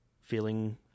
feeling